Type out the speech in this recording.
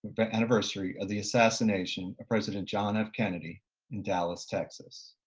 but anniversary of the assassination of president john f. kennedy in dallas, texas.